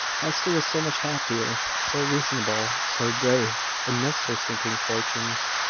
hester was so much happier, so reasonable, so brave, amidst her sinking fortunes,